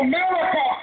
America